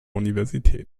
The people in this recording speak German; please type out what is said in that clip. universität